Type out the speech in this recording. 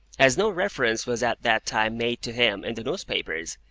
as no reference was at that time made to him in the newspapers,